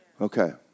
Okay